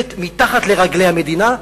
מתחת לרגלי המדינה?